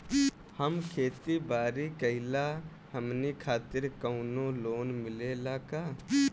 हम खेती बारी करिला हमनि खातिर कउनो लोन मिले ला का?